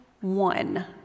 one